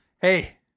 Hey